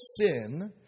sin